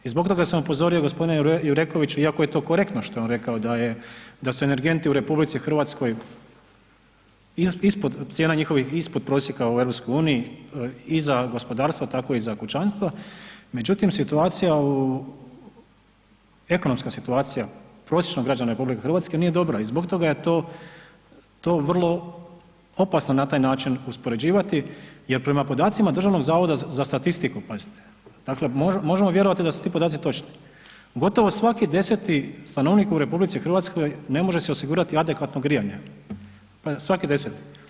I zbog toga sam upozorio gospodina Jurekovića, iako je to korektno što je on rekao da su energenti u RH ispod, cijena njihovih ispod prosjeka u EU i za gospodarstva tako i za kućanstva, međutim situacija u, ekonomska situacija prosječnog građana RH nije dobra i zbog toga je to, to vrlo opasno na taj način uspoređivati, jer prema podacima Državnog zavoda za statistiku, pazite, dakle možemo vjerovati da su ti podaci točni, gotovo svaki 10 stanovnik u RH ne može si osigurati adekvatno grijanje, svaki 10.